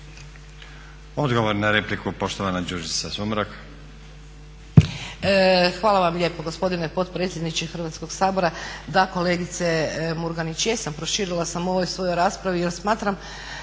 Odgovor na repliku poštovana Đurđica Sumrak.